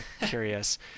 curious